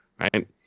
right